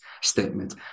statement